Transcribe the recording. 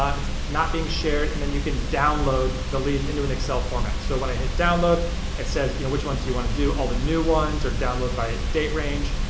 um it's not being shared and then you can download the leads into an excel format. so when i hit download it says you know which ones do you wanna do? all the new ones or download by date range?